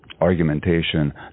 argumentation